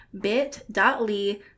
bit.ly